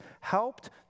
helped